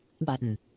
button